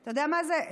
אתה יודע מה זה?